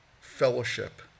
fellowship